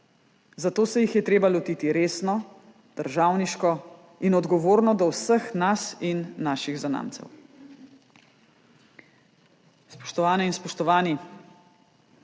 Zato se jih je treba lotiti resno, državniško in odgovorno do vseh nas in naših zanamcev. Spoštovane in spoštovani,